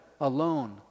alone